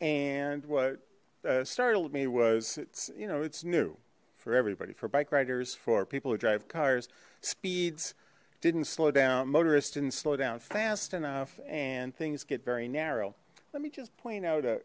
and what startled me was it's you know it's new for everybody for bike riders for people who drive cars speeds didn't slow down motorists didn't slow down fast enough and things get very narrow let me just point out